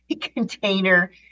container